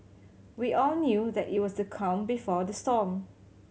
we all knew that it was the calm before the storm